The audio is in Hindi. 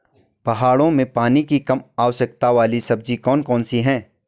पहाड़ों में पानी की कम आवश्यकता वाली सब्जी कौन कौन सी हैं?